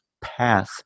path